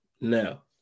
Now